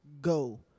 go